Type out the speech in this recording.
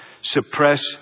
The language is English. suppress